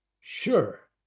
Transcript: Sure